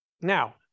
Now